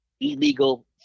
illegal